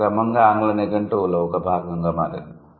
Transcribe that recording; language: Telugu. ఇది క్రమంగా ఆంగ్ల నిఘంటువులో ఒక భాగంగా మారింది